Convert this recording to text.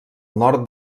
nord